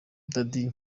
daddy